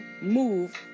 move